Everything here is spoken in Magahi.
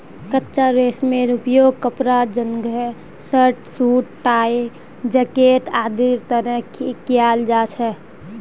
कच्चा रेशमेर उपयोग कपड़ा जंनहे शर्ट, सूट, टाई, जैकेट आदिर तने कियाल जा छे